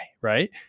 right